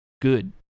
good